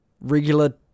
Regular